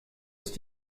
ist